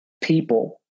people